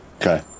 Okay